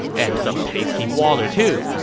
and some tasty water, too